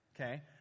Okay